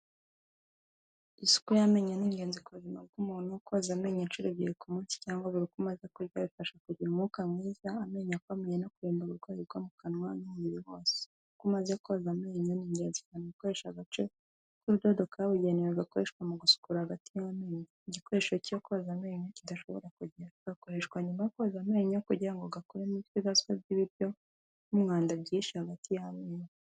Isuku y'amenyo ni ingenzi ku buzima bw'umuntu, koza amenyo inshuro ebyiri ku munsi cyangwa buri uko umaze kurya bifasha kugira umwuka mwiza, amenyo akomeye no kurinda uburwayi bwo mu kanwa n'umubiri wose. Uko umaze koza amenyo ni ngenzi cyane gukoresha agace k'urudodo kabugenewe gakoreshwa mu gusukura hagati y'amenyo. Igikoresho cyo koza amenyo kidashobora kugera. Gakoreshwa nyuma yo koza amenyo kugira ngo gakuremo ibisigazwa by'ibiryo n'umwanda byihishe hagati y'amenyo.